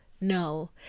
no